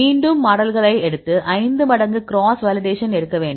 மீண்டும் மாடல்களை எடுத்து 5 மடங்கு கிராஸ் வேலிடேஷன் எடுக்க வேண்டும்